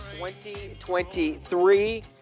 2023